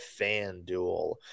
FanDuel